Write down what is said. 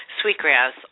sweetgrass